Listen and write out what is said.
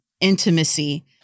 intimacy